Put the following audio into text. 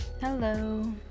Hello